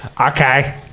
Okay